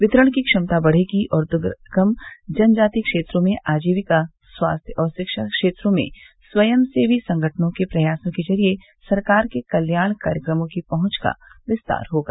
वितरण की क्षमता बढ़ेगी और दुर्गम जनजाति क्षेत्रों में आजीविका स्वास्थ्य और शिक्षा क्षेत्रों में स्वयंसेवी संगठनों के प्रयासों के जरिये सरकार के कल्याण कार्यक्रमों की पहंच का विस्तार होगा